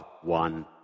one